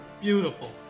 beautiful